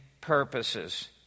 purposes